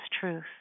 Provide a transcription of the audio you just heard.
truth